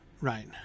right